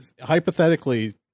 hypothetically